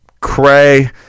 cray